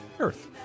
Earth